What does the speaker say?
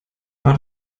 war